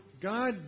God